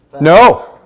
No